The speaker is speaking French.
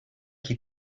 qui